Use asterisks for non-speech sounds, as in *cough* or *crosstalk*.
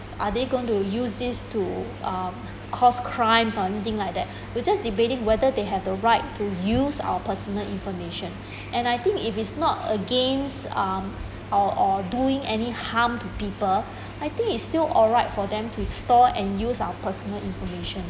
are they going to use this to um cause crimes or anything like that *breath* we are just debating whether they have right to use our personal information *breath* and I think if it is not against um our or doing any harm to people *breath* I think is still alright for them to store and use our personal information